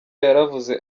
yaravuze